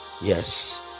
Yes